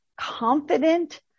Confident